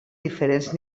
diferents